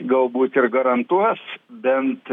galbūt ir garantuos bent